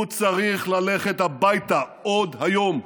הוא צריך ללכת הביתה עוד היום.